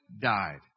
died